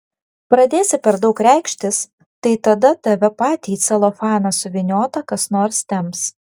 pradėsi per daug reikštis tai tada tave patį į celofaną suvyniotą kas nors temps